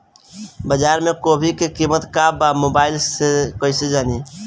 बाजार में गोभी के कीमत का बा मोबाइल से कइसे जानी?